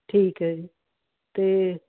ਠੀਕ ਹੈ ਜੀ ਅਤੇ